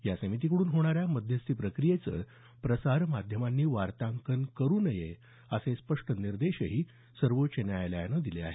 या समितीकडून होणाऱ्या मध्यस्थी प्रक्रियेचं प्रसार माध्यमांनी वार्तांकन करू नये असे स्पष्ट निर्देशही सर्वोच्च न्यायालयानं दिले आहेत